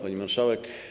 Pani Marszałek!